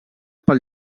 pel